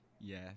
Yes